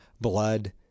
blood